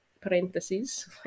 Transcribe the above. parentheses